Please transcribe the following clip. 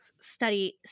study